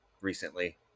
recently